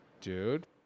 Dude